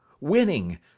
winning